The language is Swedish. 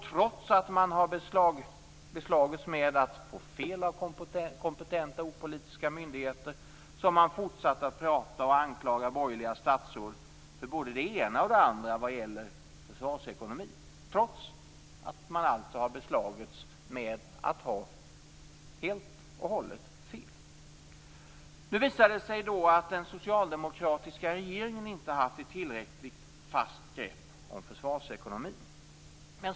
Trots att man har beslagits med att ha fått fel av kompetenta opolitiska myndigheter har man fortsatt att anklaga borgerliga statsråd för både det ena och andra vad gäller försvarsekonomi. Detta har man gjort trots att man har beslagits med att ha helt och hållet fel. Nu visar det sig att den socialdemokratiska regeringen inte har haft ett tillräckligt fast grepp om försvarsekonomin.